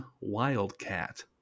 Wildcat